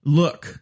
look